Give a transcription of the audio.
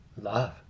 love